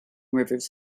rivers